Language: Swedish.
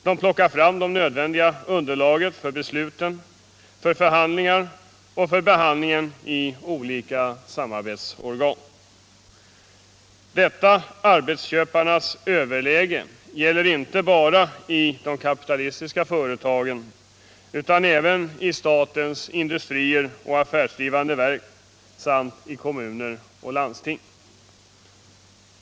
De plockar fram det nödvändiga underlaget för besluten, för förhandlingar och för behandlingen i olika samarbetsorgan. Detta arbetsköparnas överläge gäller inte bara i de kapitalistiska företagen utan även i statens industrier och affärsdrivande verk samt i kommuner och landsting.